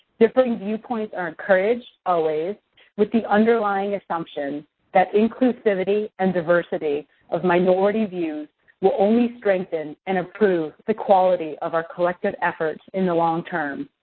differing viewpoints are encouraged always with the underlying assumption that inclusivity and diversity of minority views will only strengthen and improve the quality of our collected efforts in the long term.